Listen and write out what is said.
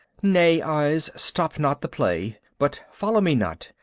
nay, eyes, stop not the play, but follow me not!